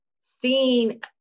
seeing